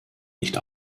nicht